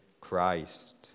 Christ